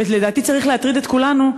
ולדעתי צריך להטריד את כולנו,